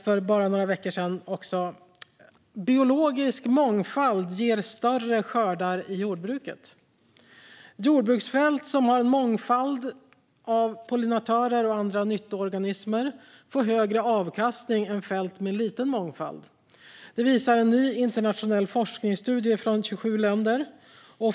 För bara några veckor sedan kom en annan glad nyhet: Biologisk mångfald ger större skördar i jordbruket. Jordbruksfält som har en mångfald av pollinatörer och andra nyttoorganismer ger högre avkastning än fält med liten mångfald. Det visar en ny internationell forskningsstudie från 27 länder.